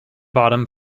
bottom